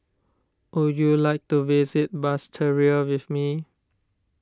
would you like to visit Basseterre with me